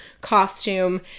costume